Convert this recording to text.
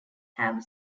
have